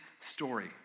story